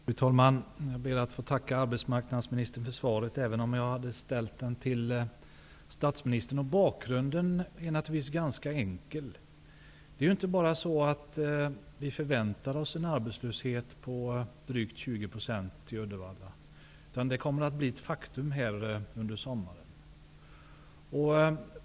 Fru talman! Jag ber att få tacka arbetsmarknadsministern för svaret på min fråga, även om jag hade ställt frågan till statsministern. Bakgrunden till frågan är ganska enkel. Det är ju inte så att vi bara förväntar oss en arbetslöshet i Uddevalla på drygt 20 %, utan den är till sommaren ett faktum.